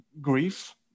grief